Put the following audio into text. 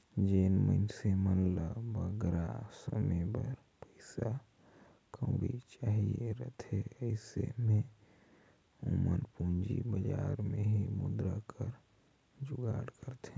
जेन मइनसे मन ल बगरा समे बर पइसा कउड़ी चाहिए रहथे अइसे में ओमन पूंजी बजार में ही मुद्रा कर जुगाड़ करथे